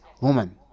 woman